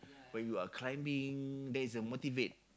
when you are climbing then is a motivate